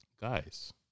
Guys